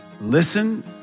listen